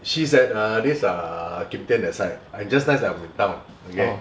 she's at err this err kipton that side I just nice I'm in town okay